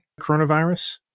coronavirus